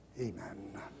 amen